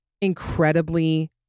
incredibly